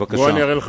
בוא אראה לך,